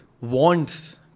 wants